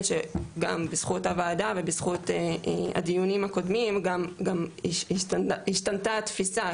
שגם בזכות הוועדה ובזכות הדיונים הקודמים גם השתנתה התפיסה,